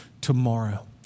tomorrow